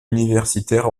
universitaire